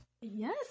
Yes